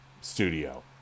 studio